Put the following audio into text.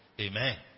Amen